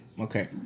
Okay